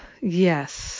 yes